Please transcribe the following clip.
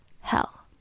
hell